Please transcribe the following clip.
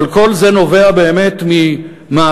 אבל כל זה נובע באמת ממאבקים